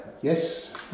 Yes